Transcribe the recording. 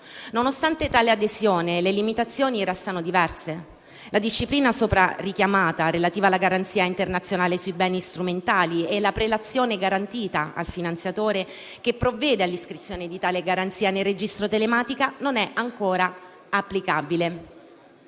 Nonostante tale adesione, le limitazioni restano diverse. La disciplina soprarichiamata relativa alla garanzia internazionale sui beni strumentali e la prelazione garantita al finanziatore che provvede all'iscrizione di tale garanzia nel registro telematico non è ancora applicabile.